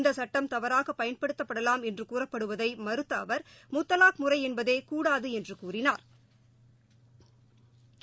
இந்தசட்டம் ப்பு தவறாகபயன்படுத்தப்படலாம் என்றுகூறப்படுவதைமறுத்தஅவர் முத்தவாக் முறைஎன்பதேகூடாதுஎன்றுகூறினாா்